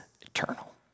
eternal